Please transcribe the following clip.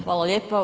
Hvala lijepo.